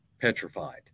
petrified